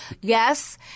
Yes